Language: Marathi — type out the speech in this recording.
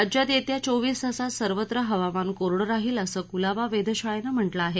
राज्यात येत्या चोवीस तासांत सर्वत्र हवामान कोरडं राहील असं कुलाबा वेधशाळेनं म्हटलं आहे